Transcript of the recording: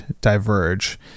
diverge